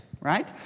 right